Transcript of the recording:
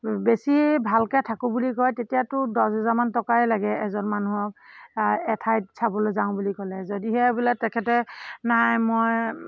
বেছি ভালকৈ থাকোঁ বুলি কয় তেতিয়াতো দছহাজাৰমান টকাই লাগে এজন মানুহক এঠাইত চাবলৈ যাওঁ বুলি ক'লে যদিহে বোলে তেখেতে নাই মই